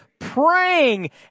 praying